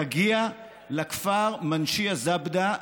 תגיע לכפר מנשייה זבדה,